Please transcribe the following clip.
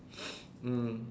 mm